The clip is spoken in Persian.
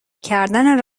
کردن